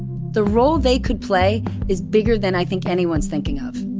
the role they could play is bigger than i think anyone's thinking of.